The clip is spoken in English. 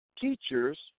teachers